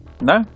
No